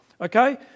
Okay